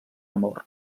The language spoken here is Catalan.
amor